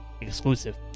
exclusive